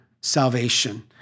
salvation